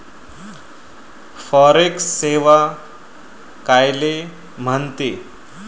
Forex सेवा कायले म्हनते?